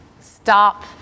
stop